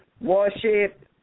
worship